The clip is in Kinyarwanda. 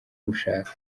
gushaka